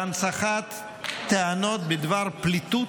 להנצחת טענות בדבר פליטות,